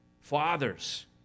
Fathers